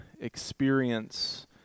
experience